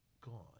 gone